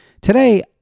Today